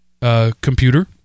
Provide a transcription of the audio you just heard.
computer